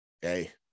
hey